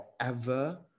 forever